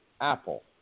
Apple